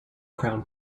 crown